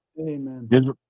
Amen